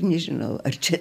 nežinau ar čia